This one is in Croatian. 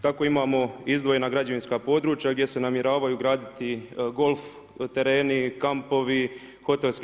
Tako imamo izdvojena građevinska područja gdje se namjeravaju graditi golf tereni, kampovi, hotelski